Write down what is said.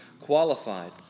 qualified